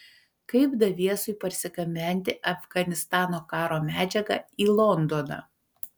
kaip daviesui parsigabenti afganistano karo medžiagą į londoną